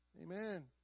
Amen